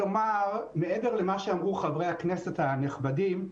מעבר למה שאמרו חברי הכנסת הנכבדים,